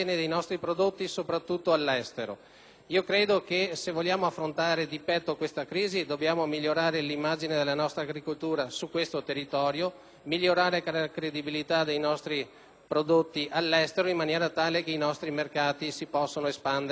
all'estero. Se vogliamo affrontare di petto questa crisi, dobbiamo migliorare la nostra agricoltura su questo territorio, migliorando la credibilità dei nostri prodotti all'estero in modo che i nostri mercati possano espandersi in maniera forte e decisa.